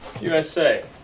USA